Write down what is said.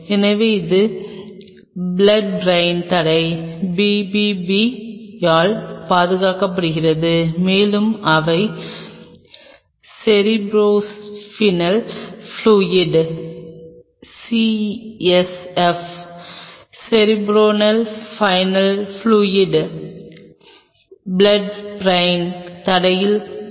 எனவே இவை blood brain தடை BBB யால் பாதுகாக்கப்படுகின்றன மேலும் அவை cerebrospinal fluid CSF cerebro spinal fluid blood brain தடையில் குளிக்கின்றன